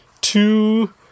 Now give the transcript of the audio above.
two